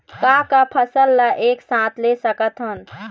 का का फसल ला एक साथ ले सकत हन?